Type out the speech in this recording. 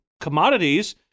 commodities